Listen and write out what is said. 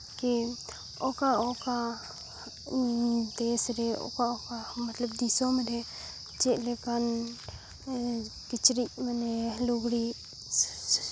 ᱠᱤ ᱚᱠᱟ ᱚᱠᱟ ᱫᱮᱥ ᱨᱮ ᱚᱠᱟ ᱚᱠᱟ ᱢᱚᱛᱞᱚᱵ ᱫᱤᱥᱚᱢ ᱨᱮ ᱪᱮᱫ ᱞᱮᱠᱟᱱ ᱠᱤᱪᱨᱤᱡᱽ ᱢᱟᱱᱮ ᱞᱩᱜᱽᱲᱤᱡ